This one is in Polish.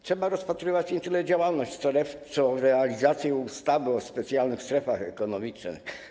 Trzeba rozpatrywać nie tyle działalność, co realizację ustawy o specjalnych strefach ekonomicznych.